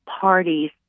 parties